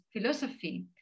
philosophy